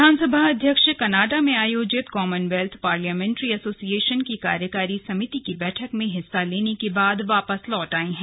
विधानसभा अध्यक्ष कनाडा में आयोजित कॉमनवेल्थ पार्लियामेंट्री एसोसिएशन की कार्यकारी समिति की बैठक में हिस्सा लेने के बाद वापस लौट आए हैं